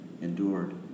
endured